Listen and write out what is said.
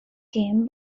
game